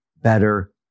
better